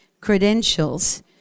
credentials